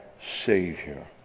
Savior